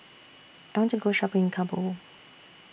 I want to Go Shopping in Kabul